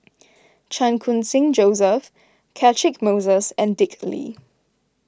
Chan Khun Sing Joseph Catchick Moses and Dick Lee